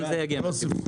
גם זה יגיע מהציבור.